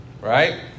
Right